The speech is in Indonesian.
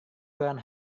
koran